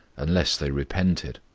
unless they repented.